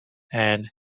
and